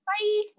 Bye